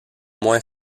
moins